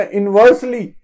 inversely